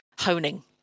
honing